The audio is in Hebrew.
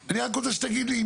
אני יכול להגיד לך